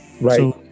Right